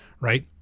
right